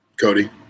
Cody